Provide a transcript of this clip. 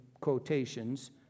quotations